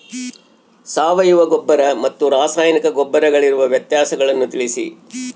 ಸಾವಯವ ಗೊಬ್ಬರ ಮತ್ತು ರಾಸಾಯನಿಕ ಗೊಬ್ಬರಗಳಿಗಿರುವ ವ್ಯತ್ಯಾಸಗಳನ್ನು ತಿಳಿಸಿ?